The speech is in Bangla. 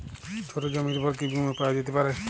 ছোট জমির উপর কি বীমা পাওয়া যেতে পারে?